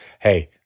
hey